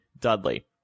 Dudley